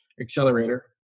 accelerator